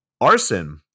Arson